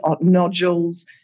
nodules